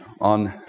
on